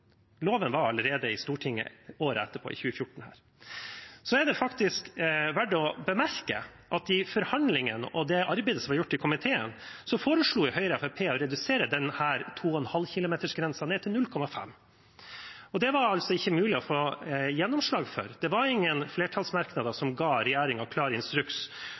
Loven var i Stortinget allerede året før, i 2014. Det er verdt å bemerke at i forhandlingene og det arbeidet som ble gjort i komiteen, foreslo Høyre og Fremskrittspartiet å redusere 2,5 km-grensen til 0,5 km. Det var ikke mulig å få gjennomslag for det. Det var ingen flertallsmerknader som ga regjeringen en klar instruks